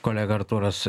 kolega artūras